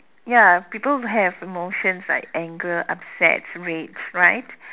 ya people have emotions like anger upset rage right